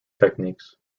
techniques